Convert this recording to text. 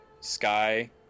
Sky